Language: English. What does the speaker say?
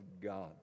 God